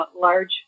large